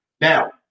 Now